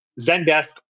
Zendesk